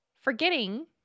Forgetting